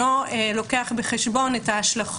אינו יכול לייצג את טובת הקטין בנוגע להסרת